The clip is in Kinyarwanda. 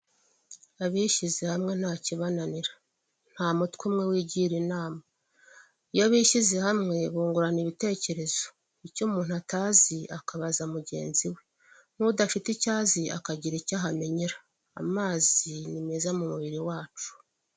Abishyize hamwe nta kibananira! Nta mutwe umwe wigira inama! Iyo bishyize hamwe, bungurana ibitekerezo. Icyo Ubuntu atazi akabaza mugenzi we. N'udafite icyo azi, akagira icyo ahamenyera. Amazi ni meza mu mubiri wacu.